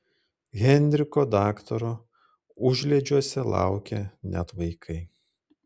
henriko daktaro užliedžiuose laukia net vaikai